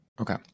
Okay